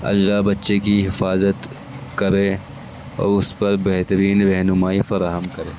اللہ بچے کی حفاظت کرے اور اس پر بہترین رہنمائی فراہم کرے